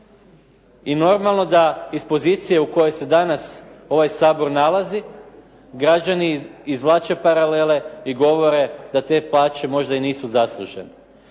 I normalno da iz pozicije u kojoj se danas ovaj Sabor nalazi građani izvlače paralele i govore da te plaće možda i nisu zaslužene.